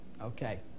Okay